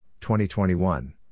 2021